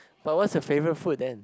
but what was the favourite food then